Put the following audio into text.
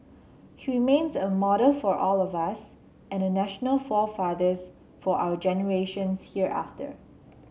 he remains a model for all of us and a national forefather for our generations hereafter